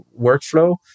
workflow